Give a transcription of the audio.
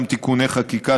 גם תיקוני חקיקה,